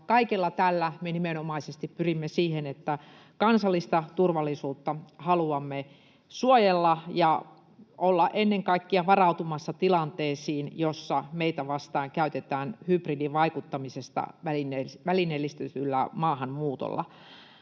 kaikella tällä me nimenomaisesti pyrimme siihen, että kansallista turvallisuutta haluamme suojella ja olla ennen kaikkea varautumassa tilanteisiin, joissa meitä vastaan käytetään hybridivaikuttamista ja välineellistettyä maahanmuuttoa.